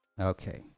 Okay